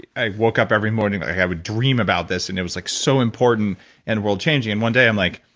i woke up every morning, i have a dream about this, and it was like so important and world changing. and one day i'm like,